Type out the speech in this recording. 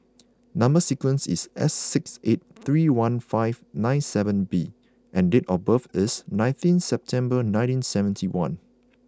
number sequence is S six eight three one five nine seven B and date of birth is nineteenth September nineteen seventy one